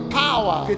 power